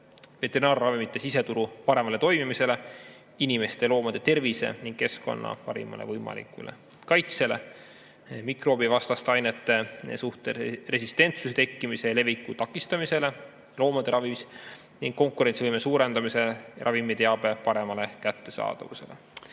veterinaarravimite siseturu paremale toimimisele, inimeste ja loomade tervise ning keskkonna parimale võimalikule kaitsele, mikroobivastaste ainete suhtes resistentsuse tekkimise ja leviku takistamisele loomade ravis ning konkurentsivõime suurendamisele ja ravimiteabe paremale kättesaadavusele.